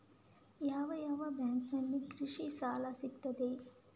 ಯಾವ ಯಾವ ಬ್ಯಾಂಕಿನಲ್ಲಿ ಕೃಷಿ ಸಾಲ ಸಿಗುತ್ತದೆ?